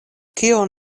kion